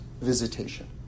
visitation